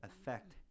affect